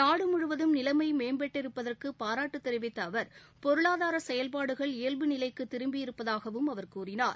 நாடு முழுவதும் நிலைமை மேம்பட்டிருப்பதற்கு பாராட்டு தெரிவித்த அவர் பொருளாதார செயல்பாடுகள் இயல்பு நிலைக்கு திரும்பு இருப்பதாகவும் அவர் கூறினார்